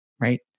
right